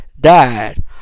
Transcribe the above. Died